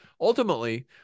ultimately